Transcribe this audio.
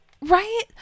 right